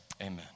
Amen